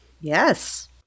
Yes